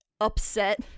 upset